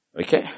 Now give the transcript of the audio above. Okay